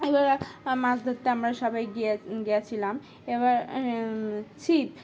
এবার মাছ ধরতে আমরা সবাই গিয়ে গিয়েছিলাম এবার ছিপ